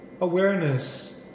awareness